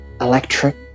electric